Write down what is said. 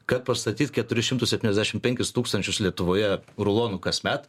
kad pastatyt keturis šimtus septyniasdešimt penkis tūkstančius lietuvoje rulonų kasmet